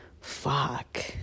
fuck